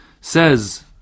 says